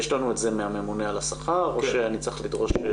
יש לנו את זה מהממונה על השכר או שאני צריך לדרוש?